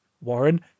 Warren